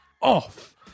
off